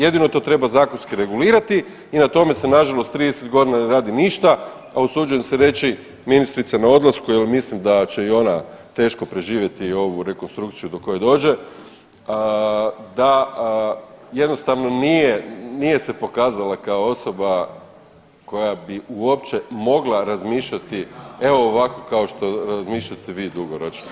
Jedino to treba zakonski regulirati i na tome se nažalost 30 godina ne radi ništa, a usuđujem se reći ministrica na odlasku jel mislim da će i ona teško preživjeti ovu rekonstrukciju do koje dođe da jednostavno nije, nije se pokazala kao osoba koja bi uopće mogla razmišljati evo ovako kao što razmišljate vi dugoročno.